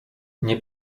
nie